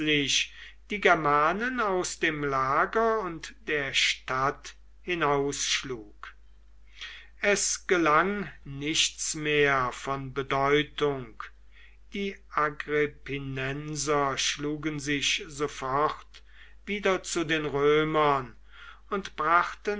die germanen aus dem lager und der stadt hinausschlug es gelang nichts mehr von bedeutung die agrippinenser schlugen sich sofort wieder zu den römern und brachten